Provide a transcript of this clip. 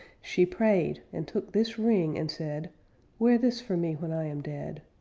she prayed and took this ring, and said wear this for me when i am dead.